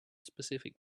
specific